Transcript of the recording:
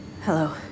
Hello